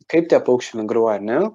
kaip tie paukščiai migruoja ar ne